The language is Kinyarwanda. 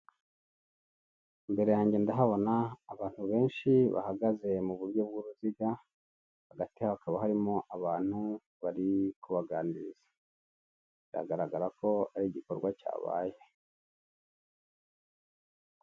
Imbere yanjye ndahabona abantu benshi bahagaze mu buryo bw'uruziga, hagati hakaba harimo abantu bari kubaganiriza, biragaragara ko ari igikorwa cyabaye.